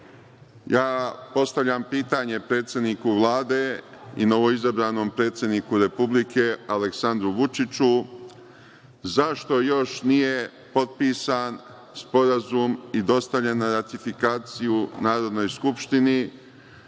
ja postavljam pitanje predsedniku Vlade i novoizabranom predsedniku Republike Aleksandru Vučiću zašto još nije potpisan sporazum i dostavljen na ratifikaciju Narodnoj skupštini